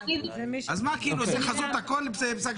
זה חזות הכול פסק